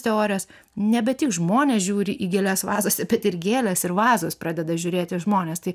teorijos nebe tik žmonės žiūri į gėles vazose ir gėlės ir vazos pradeda žiūrėti į žmonės tai